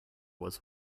was